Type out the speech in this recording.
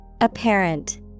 Apparent